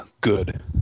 Good